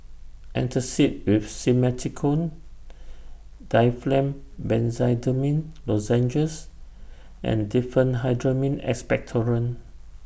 Antacid with Simethicone Difflam Benzydamine Lozenges and Diphenhydramine Expectorant